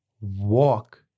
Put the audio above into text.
walk